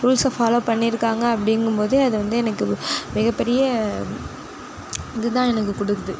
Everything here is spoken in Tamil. ரூல்ஸ்ஸை ஃபாலோவ் பண்ணியிருக்காங்க அப்படிங்கும்போது அது வந்து எனக்கு மிக பெரிய இது தான் எனக்கு கொடுக்குது